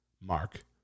Mark